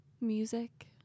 music